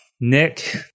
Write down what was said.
Nick